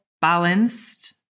balanced